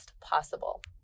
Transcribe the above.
possible